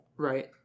Right